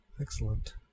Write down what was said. excellent